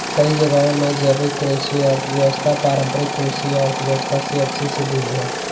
कई जगहों में जैविक कृषि अर्थव्यवस्था पारम्परिक कृषि अर्थव्यवस्था से अच्छी सिद्ध हुई है